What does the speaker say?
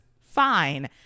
fine